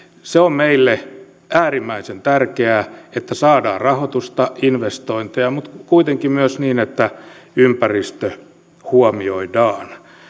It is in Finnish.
se on meille äärimmäisen tärkeää että saadaan rahoitusta ja investointeja mutta kuitenkin myös niin että ympäristö huomioidaan